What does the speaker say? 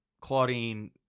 Claudine